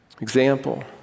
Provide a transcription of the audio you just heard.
example